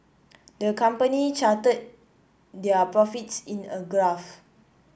the company charted their profits in a graph